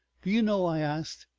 do you know? i asked,